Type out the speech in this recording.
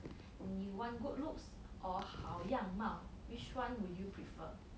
you want good looks or 好样貌 which one would you prefer